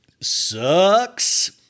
sucks